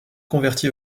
converti